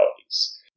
realities